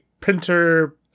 printer